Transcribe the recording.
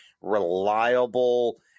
reliable